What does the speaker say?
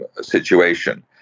situation